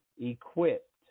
equipped